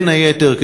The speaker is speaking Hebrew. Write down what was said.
בין היתר,